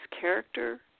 character